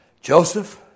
Joseph